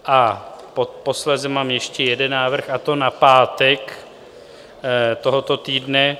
A posléze mám ještě jeden návrh, a to na pátek tohoto týdne.